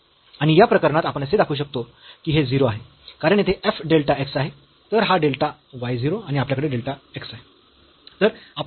आणि या प्रकरणात आपण असे दाखवू शकतो की हे 0 आहे कारण येथे f डेल्टा x आहे तर हा डेल्टा y 0 आणि आपल्याकडे डेल्टा x आहे